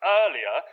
earlier